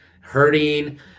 hurting